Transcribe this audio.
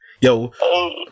Yo